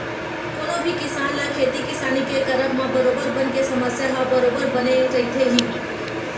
कोनो भी किसान ल खेती किसानी के करब म बरोबर बन के समस्या ह बरोबर बने रहिथे ही